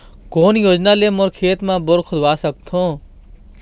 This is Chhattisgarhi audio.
कोन योजना ले मोर खेत मा बोर खुदवा सकथों?